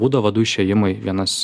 būdavo du išėjimai vienas